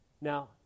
now